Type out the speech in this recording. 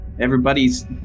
Everybody's